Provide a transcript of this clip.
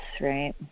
right